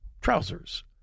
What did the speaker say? trousers